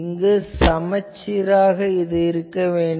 இங்கு இது சமச்சீராக இருக்க வேண்டும்